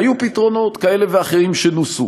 היו פתרונות כאלה ואחרים שנוסו.